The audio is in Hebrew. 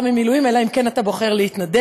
ממילואים אלא אם כן אתה בוחר להתנדב",